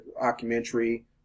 documentary